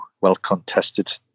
well-contested